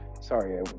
Sorry